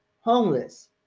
homeless